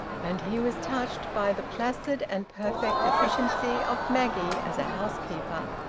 and he was touched by the placid and perfect efficiency of maggie as a housekeeper.